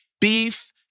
beef